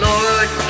Lord